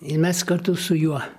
ir mes kartu su juo